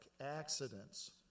accidents